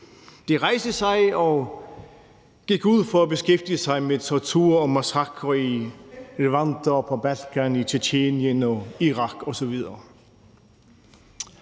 De rejste sig og gik ud for at beskæftige sig med tortur og massakrer i Levanten, på Balkan, i Tjetjenien, i Irak osv.